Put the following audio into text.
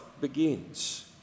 begins